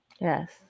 yes